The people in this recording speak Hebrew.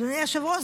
אדוני היושב-ראש,